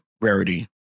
rarity